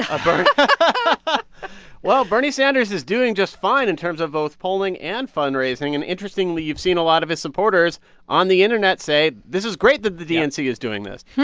ah but well, bernie sanders is doing just fine in terms of both polling and fundraising. and interestingly, you've seen a lot of his supporters on the internet say, this is great that the dnc is doing this hmm.